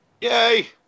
Yay